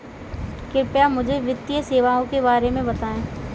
कृपया मुझे वित्तीय सेवाओं के बारे में बताएँ?